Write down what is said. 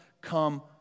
come